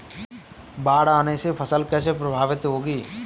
बाढ़ आने से फसल कैसे प्रभावित होगी?